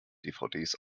dvds